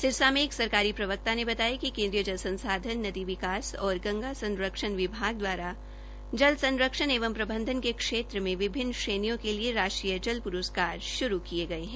सिरसा में एक सरकारी प्रवक्ता ने बताया कि केन्द्रीय जल संसाधन नदी विकास और गंगा संरक्षण विभाग द्वारा जल संरक्षण एवं प्रबधन के क्षेत्र में विभिन्न श्रेणियों के लिए राष्ट्रीय जल प्रस्कार श्रू किये गये है